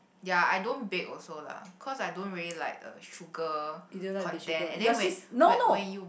ya I don't bake also lah cause I don't really like the sugar content and then when when when you